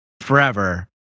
forever